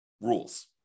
rules